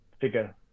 figure